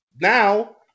now